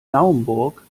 naumburg